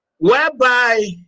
Whereby